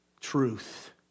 truth